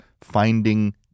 finding